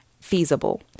feasible